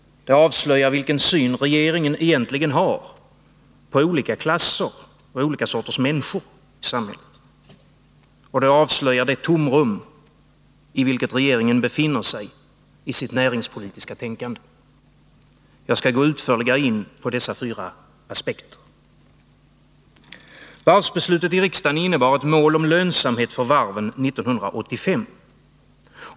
Det avslöjar vilken syn regeringen egentligen har på olika klasser och olika sorters människor i samhället. Och det avslöjar det tomrum i vilket regeringen befinner sig i sitt näringspolitiska tänkande. Jag skall gå utförligare in på dessa fyra aspekter. Varvsbeslutet i riksdagen innebar ett mål om lönsamhet för varven 1985.